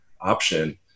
option